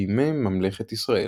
בימי ממלכת ישראל.